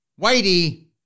Whitey